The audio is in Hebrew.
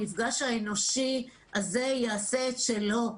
המפגש האנושי הזה יעשה את שלו.